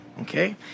okay